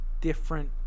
different